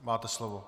Máte slovo.